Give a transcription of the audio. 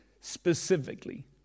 specifically